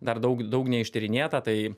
dar daug daug neištyrinėta tai